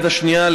ביד השנייה,